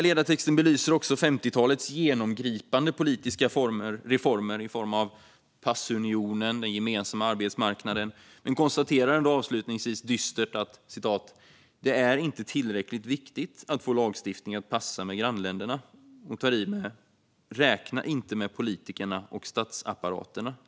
Ledartexten belyser också 50talets genomgripande politiska reformer i form av passunionen och den gemensamma arbetsmarknaden men konstaterar ändå avslutningsvis dystert att "det är inte tillräckligt viktigt att få lagstiftning att passa med grannländerna". Och han tar i med: "Räkna inte med politikerna och statsapparaterna."